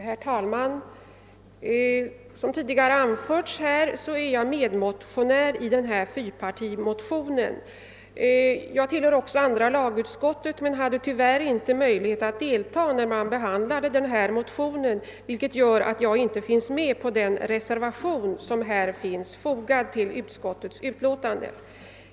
Herr talman! Som tidigare anförts är jag medmotionär i fråga om denna fyrpartimotion. Jag tillhör också andra lagutskottet men hade tyvärr inte möjlighet att delta när motionen behandlades, vilket gör att jag inte finns med bland dem som undertecknat reservationen till utskottsutlåtandet.